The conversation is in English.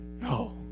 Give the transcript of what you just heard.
no